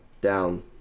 down